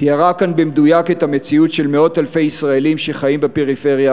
תיארה כאן במדויק את המציאות של מאות אלפי ישראלים שחיים בפריפריה,